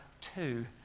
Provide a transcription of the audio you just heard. two